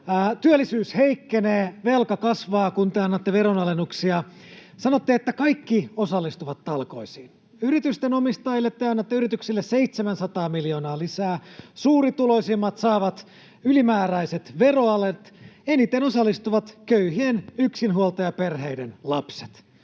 Työllisyys heikkenee ja velka kasvaa, kun te annatte veronalennuksia. Sanotte, että kaikki osallistuvat talkoisiin. Yritysten omistajille ja yrityksille te annatte 700 miljoonaa lisää. Suurituloisimmat saavat ylimääräiset veroalet. Eniten osallistuvat köyhien yksinhuoltajaperheiden lapset,